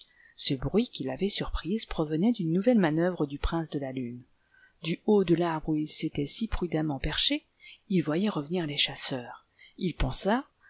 ce bruit qui l'avait surprise provenait d'une nouvelle manœuvre du prince de la lune du haut de l'arbre où il s'était si prudemment perché il voyait revenir les chasseurs il pensa